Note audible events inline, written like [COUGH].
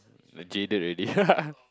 jaded already [LAUGHS]